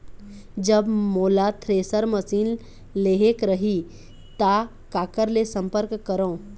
जब मोला thresher machine लेहेक रही ता काकर ले संपर्क करों?